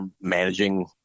managing